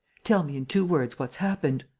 tell me, in two words, what's happened.